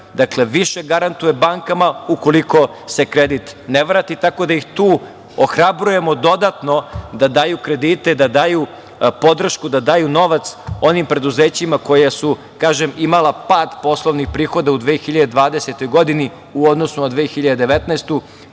država više garantuje bankama ukoliko se kredit ne vrati, tako da ih tu ohrabrujemo dodatno da daju kredite, da daju podršku, da daju novac onim preduzećima koja su imala pad poslovnih prihoda u 2020. godini u odnosu na 2019. godinu